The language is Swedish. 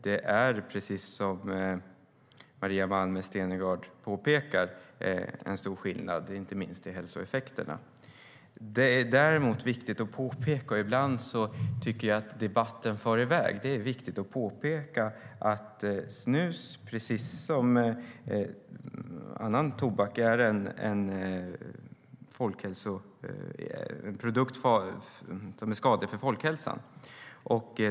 Det är, precis som Maria Malmer Stenergard påpekar, en stor skillnad inte minst i hälsoeffekterna. Ibland tycker jag debatten far iväg. Det är viktigt att påpeka att snus precis som annan tobak är en produkt som är skadlig för folkhälsan.